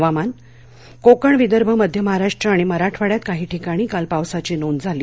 हवामान कोकणविदर्भमध्य महाराष्ट्र आणि मराठवाड्यात काही ठिकाणी काल पावसाची नोंद झाली